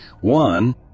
One